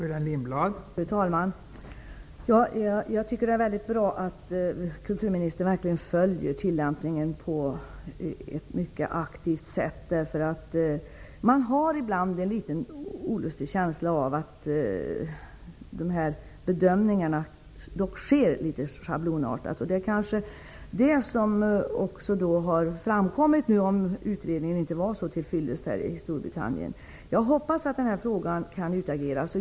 Fru talman! Jag tycker att det är väldigt bra att kulturministern verkligen mycket aktivt följer tillämpningen. Man har ibland en liten olustig känsla av att bedömningarna dock görs litet schablonartat. Det är kanske detta som också har framkommit nu, eftersom utredningen i Storbritannien inte var till fyllest. Jag hoppas som sagt att den här frågan kan utageras.